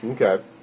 okay